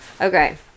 Okay